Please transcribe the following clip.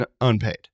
unpaid